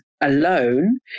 alone